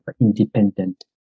independent